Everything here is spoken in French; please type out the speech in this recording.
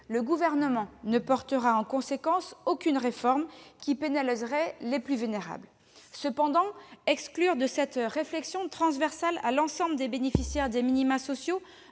le Gouvernement ne portera en conséquence aucune réforme qui pénaliserait les plus vulnérables. Cependant, exclure de cette réflexion transversale à l'ensemble des bénéficiaires des minima sociaux